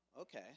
okay